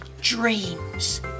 dreams